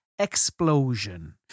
explosion